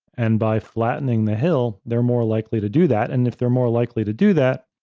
and by flattening the hill, they're more likely to do that. and if they're more likely to do that,